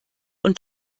und